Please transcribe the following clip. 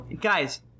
Guys